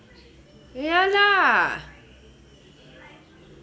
ya lah